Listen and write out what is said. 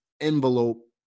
envelope